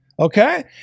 Okay